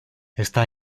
está